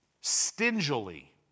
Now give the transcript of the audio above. stingily